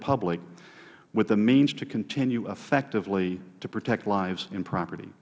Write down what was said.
public with the means to continue effectively to protect lives and property